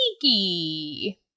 sneaky